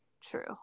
True